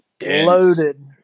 Loaded